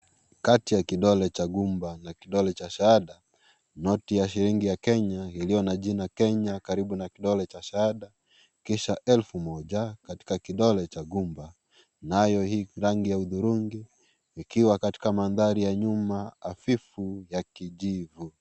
Kati ya kidole cha gumba na kidole cha shada. Noti ya shilingi ya Kenya iliyo na jina Kenya karibu na kidole cha shada. Kisha elfu moja katika kidole cha gumba. Nayo hii rangi ya udhurungi, ikiwa katika mandhari ya nyuma hafifu ya kijivu.